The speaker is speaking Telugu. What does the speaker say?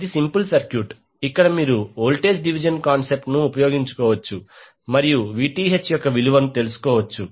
ఇది సింపుల్ సర్క్యూట్ ఇక్కడ మీరు వోల్టేజ్ డివిజన్ కాన్సెప్ట్ ను ఉపయోగించుకోవచ్చు మరియు Vth యొక్క విలువను తెలుసుకోవచ్చు